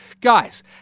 Guys